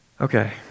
Okay